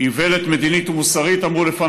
איוולת מדינת ומוסרית,